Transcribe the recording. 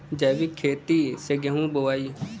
जैविक खेती से गेहूँ बोवाई